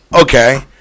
Okay